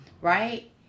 right